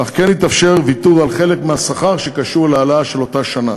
אך כן יתאפשר ויתור על חלק מהשכר שקשור להעלאה של אותה שנה